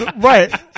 Right